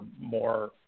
more